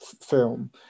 film